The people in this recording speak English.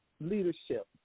leadership